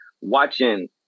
watching